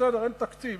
בסדר, אין תקציב.